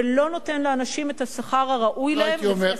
ולא נותן לאנשים את השכר הראוי להם לפי השכלתם.